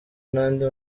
n’andi